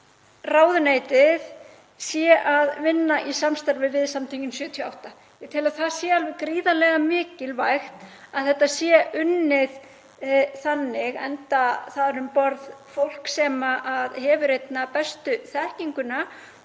ráðuneytið sé að vinna í samstarfi við Samtökin '78. Ég tel gríðarlega mikilvægt að þetta sé unnið þannig, enda þar um borð fólk sem hefur einna bestu þekkinguna